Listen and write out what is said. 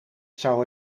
zou